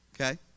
okay